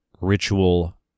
ritual